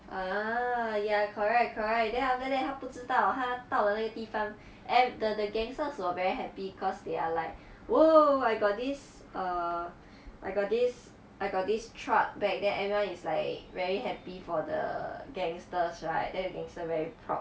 ah ya correct correct then after that 他不知道他到的那个地方 add the gangster she very happy cause they are like !whoa! I got this err I got this I got this truck back there everyone is like very happy for the gangsters right then the gangster very proud